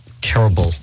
terrible